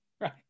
right